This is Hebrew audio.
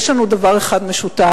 יש לנו דבר אחד משותף.